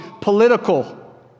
political